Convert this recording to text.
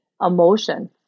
emotion